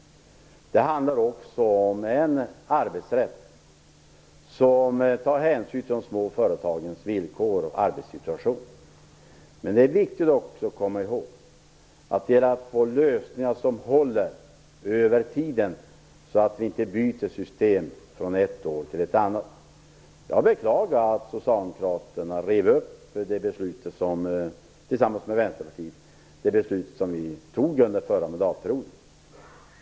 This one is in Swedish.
Det handlar också om en arbetsrätt som tar hänsyn till de små företagens villkor och arbetssituation. Men det är också viktigt att komma ihåg att se till att få lösningar som håller över tiden, så att vi inte byter system från ett år till ett annat. Jag beklagar att Socialdemokraterna tillsammans med Vänsterpartiet rev upp de beslut som vi fattade under förra mandatperioden.